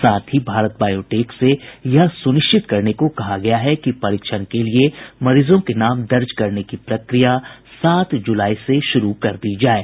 साथ ही भारत बायोटेक से यह सुनिश्चित करने को कहा गया है कि परीक्षण के लिए मरीजों के नाम दर्ज करने की प्रक्रिया सात जुलाई से शुरू कर दी जाये